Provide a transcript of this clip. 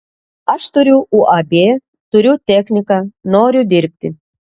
aš turiu uab turiu techniką noriu dirbti